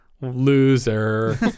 Loser